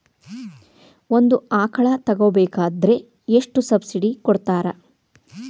ಒಂದು ಆಕಳ ತಗೋಬೇಕಾದ್ರೆ ಎಷ್ಟು ಸಬ್ಸಿಡಿ ಕೊಡ್ತಾರ್?